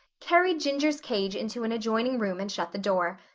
carried ginger's cage into an adjoining room and shut the door.